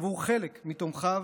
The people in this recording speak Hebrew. עבור חלק מתומכיו,